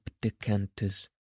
decanters